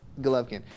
Golovkin